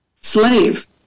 slave